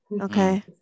okay